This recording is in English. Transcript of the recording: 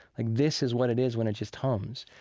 like this is what it is when it just hums.